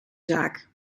zaak